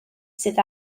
sydd